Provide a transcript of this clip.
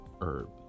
herb